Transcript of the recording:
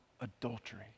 adultery